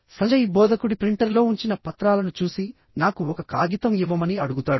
సంజయ్ బోధకుడి ప్రింటర్లో ఉంచిన పత్రాలను చూసి నాకు ఒక కాగితం ఇవ్వమని అడుగుతాడు